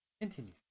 Continue